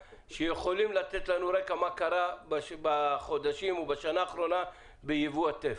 שיכולים לתת לנו רקע מה קרה בחודשים או בשנה האחרונה ביבוא הטף.